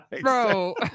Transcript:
bro